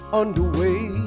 underway